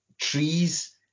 trees